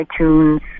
iTunes